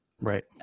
Right